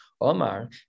Omar